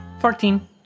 fourteen